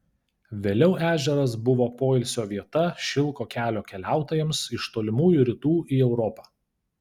vėliau ežeras buvo poilsio vieta šilko kelio keliautojams iš tolimųjų rytų į europą